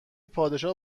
پادشاه